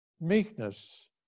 meekness